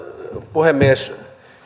puhemies